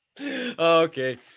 okay